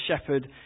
shepherd